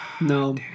No